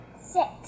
Six